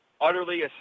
utterly